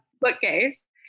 bookcase